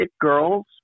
girls